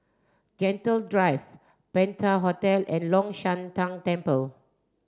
Gentle Drive Penta Hotel and Long Shan Tang Temple